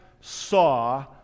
saw